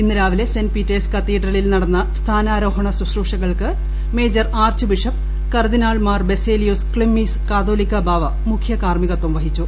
ഇന്ന് രാവിലെ Saint Peter's കത്തീഡ്രലിൽ നടന്ന സ്ഥാനാരോഹണ ശൂശ്രൂഷകൾക്ക് മേജർ ആർച്ച് ബിഷപ് കർദ്ദിനാൾ മാർ ബസേലിയോസ് ക്ലിമ്മീസ് കാതോലിക്കാ ബാവ മുഖ്യകാർമികത്വം വഹിച്ചു